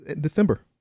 December